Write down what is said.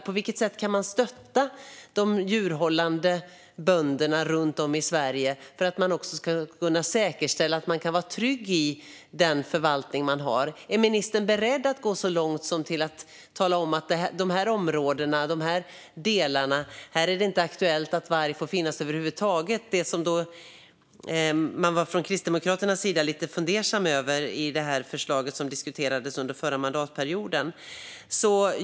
På vilket sätt kan de djurhållande bönderna runt om i Sverige stöttas för att det också ska säkerställas att de ska kunna vara trygga med den förvaltning vi har? Är ministern beredd att gå så långt som att tala om att det i vissa områden inte är aktuellt att varg får finnas över huvud taget? Detta var man från Kristdemokraternas sida lite fundersam över i förslaget som diskuterades under förra mandatperioden.